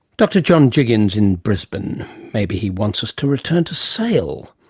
dr john jiggens in brisbane maybe he wants us to return to sail,